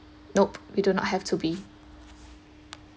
nope we do not have to be